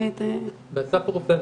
באסף הרופא,